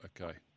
okay